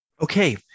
Okay